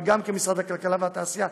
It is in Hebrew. וגם כמשרד הכלכלה והתעשייה,